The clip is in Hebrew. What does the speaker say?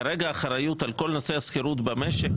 כרגע האחריות על כל נושא השכירות במשק,